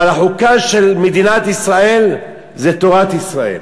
אבל החוקה של מדינת ישראל זו תורת ישראל,